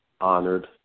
honored